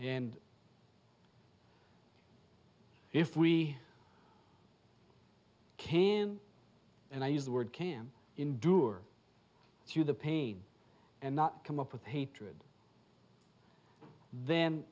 and if we can and i use the word can endure through the pain and not come up with hatred then